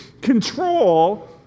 control